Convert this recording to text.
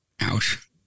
Ouch